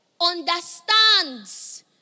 understands